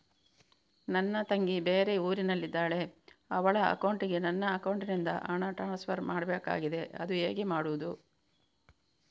ನನ್ನ ತಂಗಿ ಬೇರೆ ಊರಿನಲ್ಲಿದಾಳೆ, ಅವಳ ಅಕೌಂಟಿಗೆ ನನ್ನ ಅಕೌಂಟಿನಿಂದ ಹಣ ಟ್ರಾನ್ಸ್ಫರ್ ಮಾಡ್ಬೇಕಾಗಿದೆ, ಅದು ಹೇಗೆ ಮಾಡುವುದು?